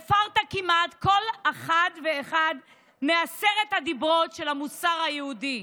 הפרת כמעט כל אחד ואחד מעשרת הדיברות של המוסר היהודי: